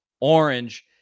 Orange